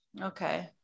Okay